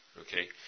okay